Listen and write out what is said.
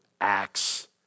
acts